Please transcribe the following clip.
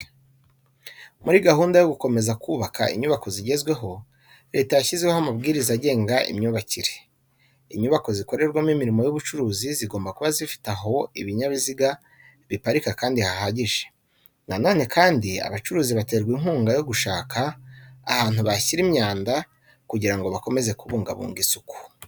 Muri gahunda zo gukomeza kubaka inyubako zigezweho, Leta yashyizeho amabwiriza agenga imyubakire. Inyubako zikorerwamo imirimo y'ubucuruzi zigomba kuba zifite aho ibinyabiziga biparika kandi hahagije. Na none kandi, abacuruzi baterwa inkunga yo gushaka ahantu bashyira imyanda kugira ngo bakomeze kubungabunga isuku.